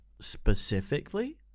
specifically